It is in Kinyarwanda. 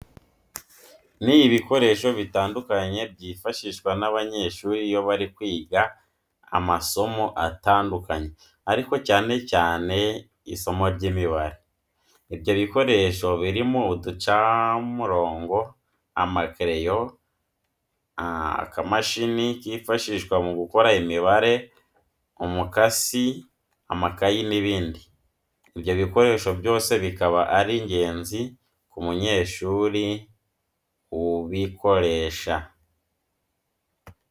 Ni ibikoresho bitandukanye byifashishwa n'abanyeshuri iyo bari kwiga amasomo atandukanye ariko cyane cyane isimo ry'Imibare. ibyo bikoresho birimo uducamirongo, amakereyo, akamashini kifashishwa mu gukora imibare, umukasi, amakayi n'ibindi. Ibyo bikoresho byose bikaba ari ingenzi ku munyeshuri ubukoresha.